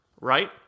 right